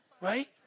Right